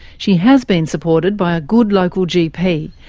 she has been supported by a good local gp,